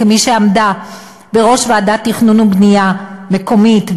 כמי שעמדה בראש ועדת תכנון ובנייה מקומית,